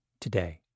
today